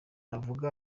navuze